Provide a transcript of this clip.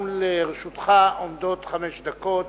גם לרשותך עומדות חמש דקות.